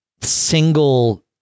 single